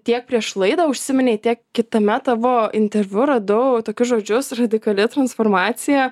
tiek prieš laidą užsiminei tiek kitame tavo interviu radau tokius žodžius radikali transformacija